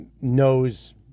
knows